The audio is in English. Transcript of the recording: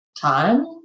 time